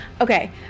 Okay